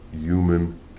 human